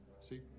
See